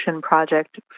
project